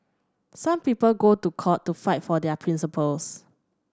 some people go to court to fight for their principles